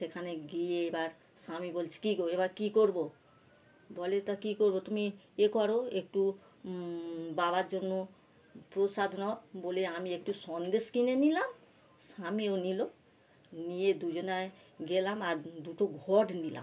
সেখানে গিয়ে এবার স্বামী বলছে কি গো এবার কি করবো বলে তা কি করবো তুমি এ করো একটু বাবার জন্য প্রসাদ নাও বলে আমি একটু সন্দেশ কিনে নিলাম স্বামীও নিল নিয়ে দু জনায় গেলাম আর দুটো ঘট নিলাম